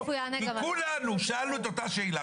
כי כולנו שאלנו את אותה שאלה,